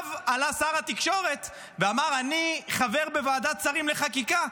אחריו עלה שר התקשורת ואמר: אני חבר בוועדת שרים לחקיקה,